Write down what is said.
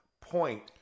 point